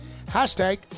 Hashtag